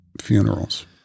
funerals